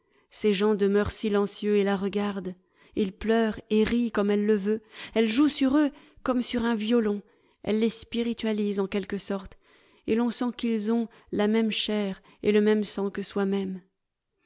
ces gens demeurent silencieux et la regardent ils pleurent et rient comme elle le veut elle joue sur eux comme sur un violon elle les spiritualise en quelque sorte et l'on sent qu'ils ont la même chair et le même sang que soi-même